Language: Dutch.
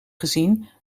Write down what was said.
gezien